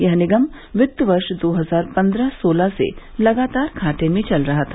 यह निगम वित्त वर्ष दो हजार पन्द्रह सोलह से लगातार घाटे में चल रहा था